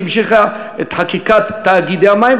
שהמשיכה את חקיקת תאגידי המים,